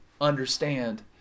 understand